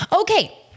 Okay